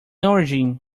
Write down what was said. origin